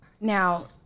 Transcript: Now